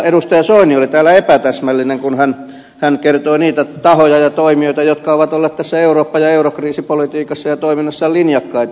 edustaja soini oli täällä epätäsmällinen kun hän kertoi niitä tahoja ja toimijoita jotka ovat olleet tässä eurooppa ja eurokriisipolitiikassa ja toiminnassaan linjakkaita